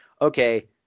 okay